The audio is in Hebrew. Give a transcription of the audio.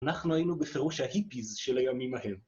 אנחנו היינו בפירוש ההיפיז של הימים ההם.